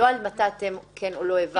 לא מתי אתם כן או לא העברתם.